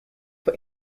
for